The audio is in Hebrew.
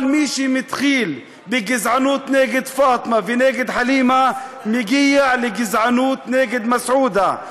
אבל מי שמתחיל בגזענות נגד פאטמה ונגד חלימה מגיע לגזענות נגד מסעודה.